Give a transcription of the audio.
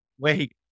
Wait